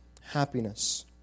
happiness